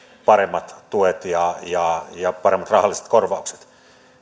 paremmat tuet ja ja paremmat rahalliset korvaukset